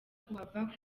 kuhava